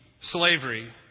slavery